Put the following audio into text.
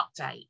update